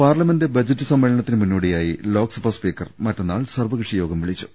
parliament budget സമ്മേളനത്തിന് മുന്നോടിയായി Lok Sabha speaker മറ്റന്നാൾ സർവ്വകക്ഷി യോഗം വിളി ച്ചു